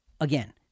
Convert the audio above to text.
again